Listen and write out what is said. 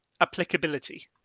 Applicability